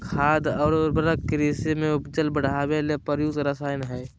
खाद और उर्वरक कृषि में उपज बढ़ावे ले प्रयुक्त रसायन हइ